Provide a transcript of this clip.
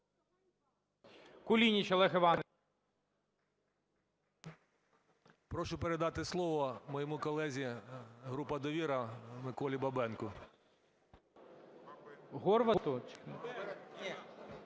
Прошу передати словом моєму колезі, група "Довіра", Миколі Бабенку.